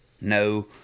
No